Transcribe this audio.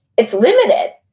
it's limited.